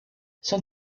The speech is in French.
son